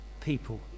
people